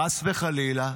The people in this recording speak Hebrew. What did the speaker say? חס וחלילה,